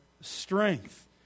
strength